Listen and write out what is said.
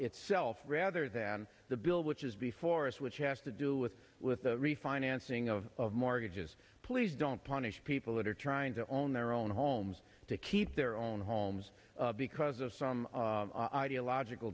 itself rather than the bill which is before us which has to do with with the refinancing of mortgages please don't punish people that are trying to own their own homes to keep their own homes because of some ideological